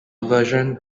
version